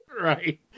Right